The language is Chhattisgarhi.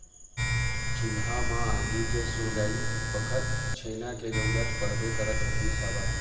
चूल्हा म आगी के सुलगई बखत छेना के जरुरत पड़बे करत रिहिस हवय